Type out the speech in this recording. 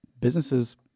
businesses